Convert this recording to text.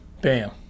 Bam